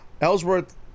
Ellsworth